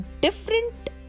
different